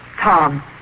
Tom